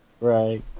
Right